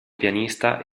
pianista